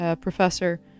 professor